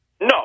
No